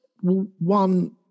one